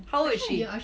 how old is she